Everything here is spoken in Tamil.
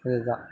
இதுதான்